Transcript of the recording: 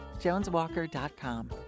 Joneswalker.com